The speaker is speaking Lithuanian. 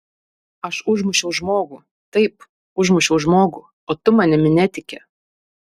aš užmušiau žmogų taip užmušiau žmogų o tu manimi netiki